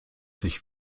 sich